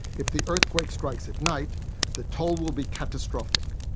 if the earthquake strikes at night the toll will be catastrophic.